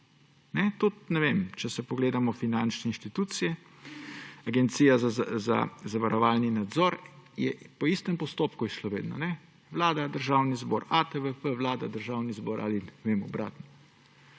Tudi če pogledamo finančne inštitucije, Agencija za zavarovalni nadzor – po iste postopku je šlo vedno: vlada, državni zbor, ATVP, vlada, državni zbor ali obratno.